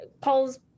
Paul's